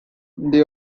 they